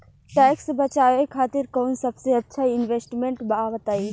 Tax बचावे खातिर कऊन सबसे अच्छा इन्वेस्टमेंट बा बताई?